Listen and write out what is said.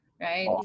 right